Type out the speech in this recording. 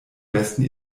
besten